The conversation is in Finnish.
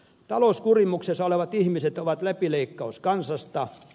talouskurimuksessa olevat ihmiset ovat läpileikkaus kansasta